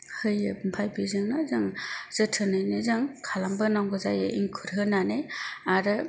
होयो ओमफाय बेजोंनो जों जोथोनैनो जों खालामबोनांगौ जायो एंखुर होनानै आरो